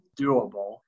doable